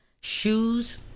shoes